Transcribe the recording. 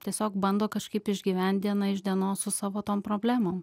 tiesiog bando kažkaip išgyvent diena iš dienos su savo tom problemom